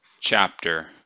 chapter